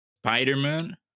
Spider-Man